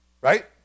Right